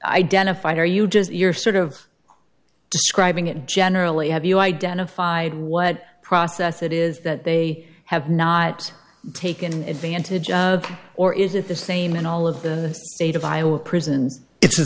dentified or you just you're sort of describing it generally have you identified what process it is that they have not taken advantage of or is it the same in all of the state of iowa prisons it's the